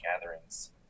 gatherings